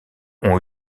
ont